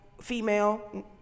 female